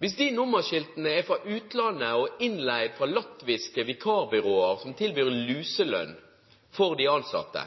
er innleid fra latviske vikarbyråer som tilbyr luselønn for de ansatte,